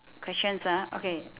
questions ah okay